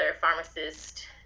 pharmacist